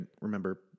remember